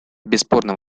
бесспорно